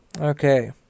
Okay